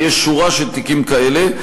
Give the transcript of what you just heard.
כי יש שורה של תיקים כאלה,